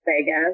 Vegas